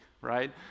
right